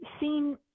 seen